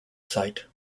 site